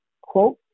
quote